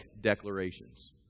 declarations